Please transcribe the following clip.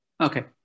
Okay